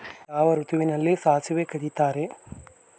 ಯಾವ ಋತುವಿನಲ್ಲಿ ಸಾಸಿವೆ ಕಡಿತಾರೆ?